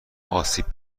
آسیب